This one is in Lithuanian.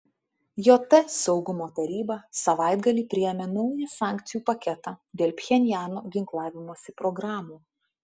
jt saugumo taryba savaitgalį priėmė naują sankcijų paketą dėl pchenjano ginklavimosi programų